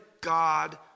God